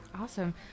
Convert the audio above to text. Awesome